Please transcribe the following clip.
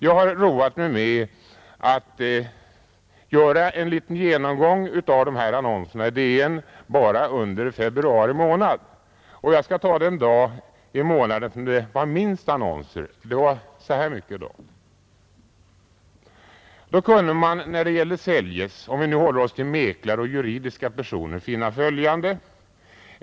Jag har roat mig med att göra en liten genomgång av dessa annonser i DN bara under februari månad. Den dag då det var minst annonser kunde man under rubriken Säljes — om vi nu håller oss till mäklare och juridiska personer — finna följande!